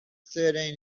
thirteen